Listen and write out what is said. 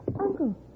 Uncle